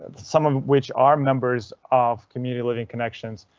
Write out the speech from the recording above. some of which are members of community living connections.